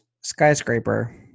skyscraper